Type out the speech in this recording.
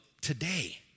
today